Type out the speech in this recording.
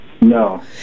No